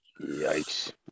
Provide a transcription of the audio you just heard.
Yikes